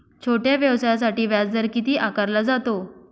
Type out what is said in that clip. छोट्या व्यवसायासाठी व्याजदर किती आकारला जातो?